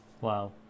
wow